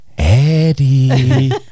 Eddie